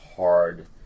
hard